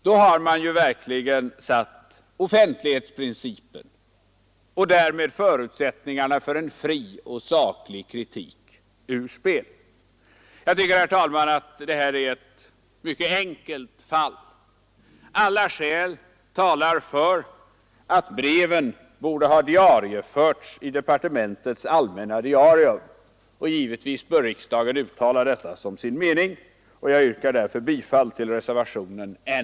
Då har man ju verkligen satt offentlighetsprincipen och därmed förutsättningarna för en fri och saklig kritik ur spel. Jag tycker, herr talman, att detta är ett mycket enkelt fall. Alla skäl talar för att breven borde ha diarieförts i departementets allmänna diarium, och givetvis bör riksdagen uttala detta som sin mening. Jag yrkar därför bifall till reservationen N.